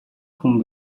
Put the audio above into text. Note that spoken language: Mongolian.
хүн